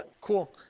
Cool